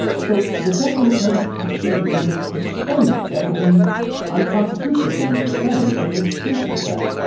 so the debt limit doesn't actually limit the spending. that would be unconstitutional to limit the spending. it's a safety check.